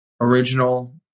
original